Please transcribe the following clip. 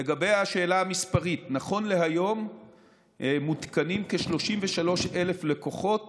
לגבי השאלה המספרית, נכון להיום כ-33,000 לקוחות